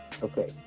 Okay